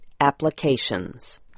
applications